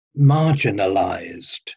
marginalized